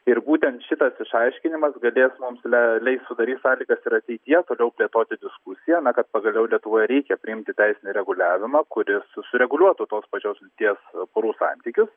ir būtent šitas išaiškinimas galės mums le leis sudarys sąlygas ir ateityje toliau plėtoti diskusiją na kad pagaliau lietuvoje reikia priimti teisinį reguliavimą kuris sureguliuotų tos pačios lyties porų santykius